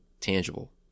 tangible